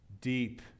deep